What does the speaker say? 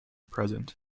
present